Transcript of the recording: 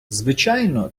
звичайно